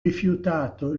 rifiutato